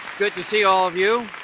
good to see all of you